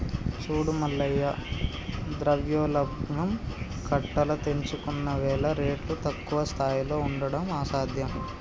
చూడు మల్లయ్య ద్రవ్యోల్బణం కట్టలు తెంచుకున్నవేల రేట్లు తక్కువ స్థాయిలో ఉండడం అసాధ్యం